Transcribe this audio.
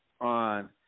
on